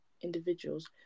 individuals